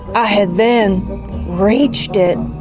i had then reached it.